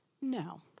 No